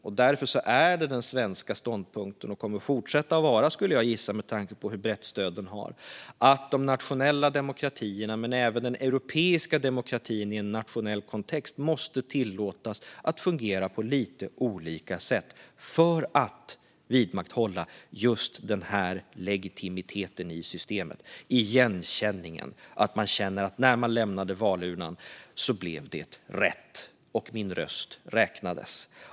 Det är därför den svenska ståndpunkten är - och kommer att fortsätta vara, skulle jag gissa, med tanke på hur brett stöd den har - att de nationella demokratierna men även den europeiska demokratin i en nationell kontext måste tillåtas fungera på lite olika sätt. Det är för att vidmakthålla just den här legitimiteten i systemet - den och igenkänningen. Man ska känna att när jag lämnade valurnan blev det rätt. Min röst räknades.